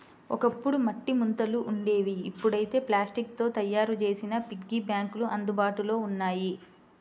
ఒకప్పుడు మట్టి ముంతలు ఉండేవి ఇప్పుడైతే ప్లాస్టిక్ తో తయ్యారు చేసిన పిగ్గీ బ్యాంకులు అందుబాటులో ఉన్నాయి